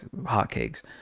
hotcakes